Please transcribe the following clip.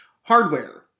Hardware